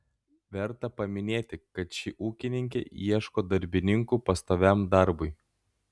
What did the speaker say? verta paminėti kad ši ūkininkė ieško darbininkų pastoviam darbui